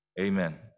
amen